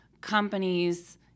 companies